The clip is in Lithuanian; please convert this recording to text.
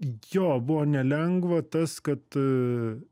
jo buvo nelengva tas kad